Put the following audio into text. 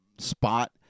spot